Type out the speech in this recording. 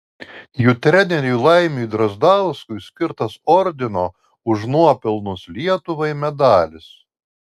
jų treneriui laimiui drazdauskui skirtas ordino už nuopelnus lietuvai medalis